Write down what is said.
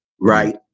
Right